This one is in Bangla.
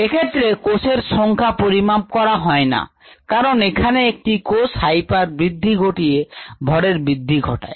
এক্ষেত্রে কোষের সংখ্যা পরিমাপ করা হয় না কারণ এখানে একটি কোষ হাইপার বৃদ্ধি ঘটিয়ে ভরের বৃদ্ধি ঘটায়